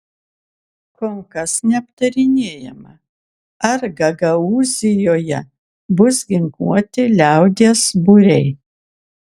kol kas neaptarinėjama ar gagaūzijoje bus ginkluoti liaudies būriai